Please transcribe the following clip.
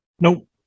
Nope